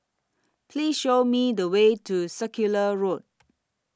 Please Show Me The Way to Circular Road